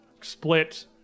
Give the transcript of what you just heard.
split